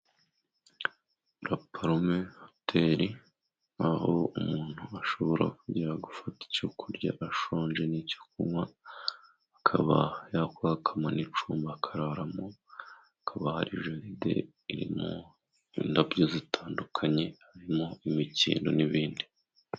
Raparume hoteli, aho umuntu ashobora kugera agafata icyo kurya ashonje n'icyo kunywa, akaba yakwakamo icyumba akararamo, hakaba hari jaride irimo indabo zitandukanye, harimo imikindo n'ibindi.